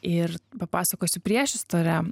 ir papasakosiu priešistorę